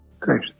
Great